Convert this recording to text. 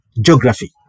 geography